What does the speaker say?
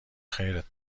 خیرت